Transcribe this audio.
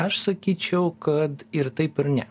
aš sakyčiau kad ir taip ir ne